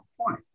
point